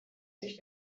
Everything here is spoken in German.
sich